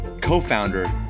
co-founder